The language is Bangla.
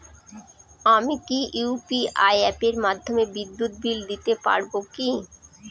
আমি কি ইউ.পি.আই অ্যাপের মাধ্যমে বিদ্যুৎ বিল দিতে পারবো কি?